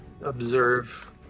observe